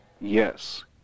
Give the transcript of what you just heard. Yes